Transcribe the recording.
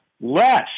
less